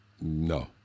No